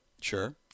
Sure